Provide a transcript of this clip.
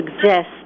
suggest